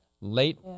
late